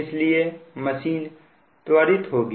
इसलिए मशीन त्वरित होगी